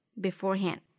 beforehand